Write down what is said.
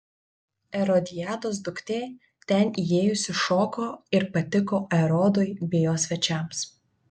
erodiados duktė ten įėjusi šoko ir patiko erodui bei jo svečiams